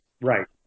Right